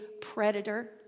predator